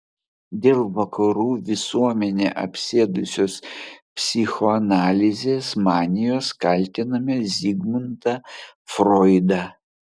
dėl vakarų visuomenę apsėdusios psichoanalizės manijos kaltiname zigmundą froidą